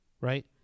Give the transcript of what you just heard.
right